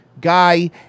guy